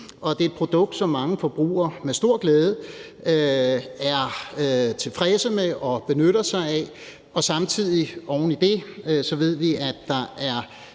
og det er et produkt, som mange forbrugere med stor glæde er tilfredse med og benytter sig af. Samtidig oven i det ved vi, at der er